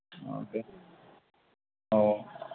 okay okay